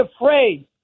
afraid